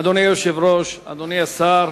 אדוני היושב-ראש, אדוני השר,